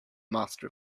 master